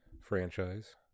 franchise